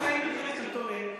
אנחנו חיים במדינה קטנטונת,